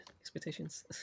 expectations